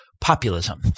populism